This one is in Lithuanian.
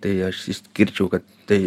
tai aš išskirčiau kad tai